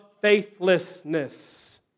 faithlessness